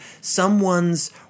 someone's